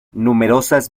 numerosas